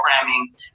programming